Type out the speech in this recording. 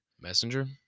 Messenger